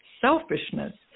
selfishness